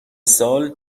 سال